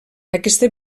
aquesta